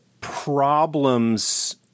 problems